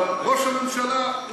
אבל ראש הממשלה,